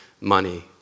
money